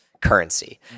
currency